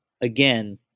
again